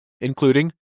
including